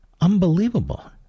unbelievable